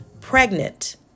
pregnant